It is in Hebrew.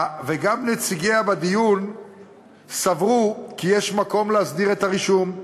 גם נציגיה בדיון סברו כי יש מקום להסדיר את הרישום: